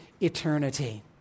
eternity